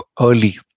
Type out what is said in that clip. early